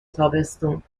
تابستون